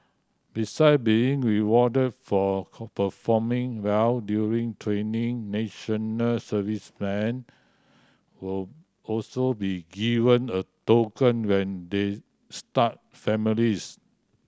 beside being rewarded for performing well during training national servicemen will also be given a token when they start families